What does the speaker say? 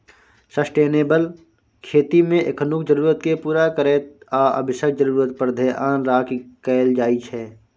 sustainable खेतीमे एखनुक जरुरतकेँ पुरा करैत आ भबिसक जरुरत पर धेआन राखि कएल जाइ छै